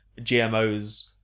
GMOs